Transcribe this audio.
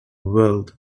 world